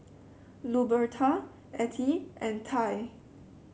Luberta Attie and Ty